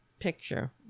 picture